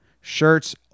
Shirts